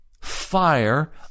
fire